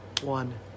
one